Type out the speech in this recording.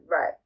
right